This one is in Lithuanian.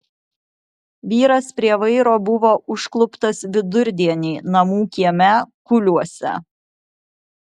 vyras prie vairo buvo užkluptas vidurdienį namų kieme kuliuose